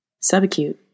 subacute